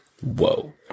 Whoa